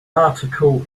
article